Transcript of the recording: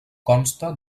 consta